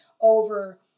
over